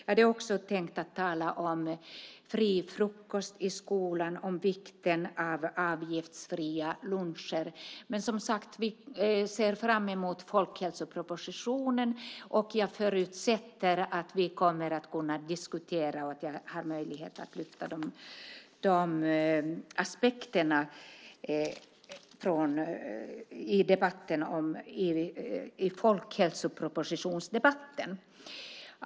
Jag hade också tänkt tala om fri frukost i skolan, om vikten av avgiftsfria luncher. Men jag nöjer mig med att säga att vi, som sagt, ser fram emot folkhälsopropositionen. Jag förutsätter att vi kommer att kunna ha diskussioner och att vi får möjligheter att lyfta fram de olika aspekterna i debatten om folkhälsopropositionen. Herr talman!